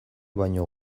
baino